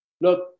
Look